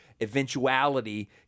eventuality